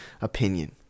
opinion